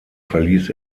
verließ